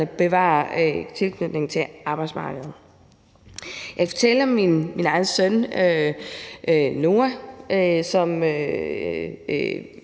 bevarer tilknytningen til arbejdsmarkedet? Jeg kan fortælle om min egen søn, Noah, som